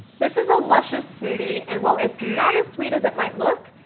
this is a luscious smoothie and while it's not as sweet as it might look,